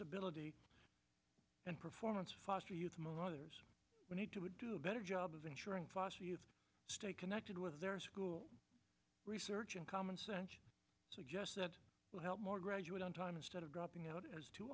debility and performance foster youth mothers we need to do a better job of ensuring foster youth stay connected with their school research and common sense suggests that will help more graduate on time instead of dropping out as too